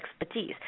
expertise